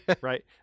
right